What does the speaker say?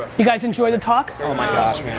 you guys enjoy the talk? oh my gosh,